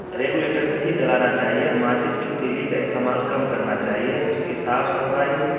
regulator سے ہی جلانا چاہیے ماچس کی تیلی کا استعمال کم کرنا چاہیے اس کی صاف صفائی